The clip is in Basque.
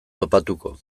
topatuko